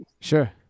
sure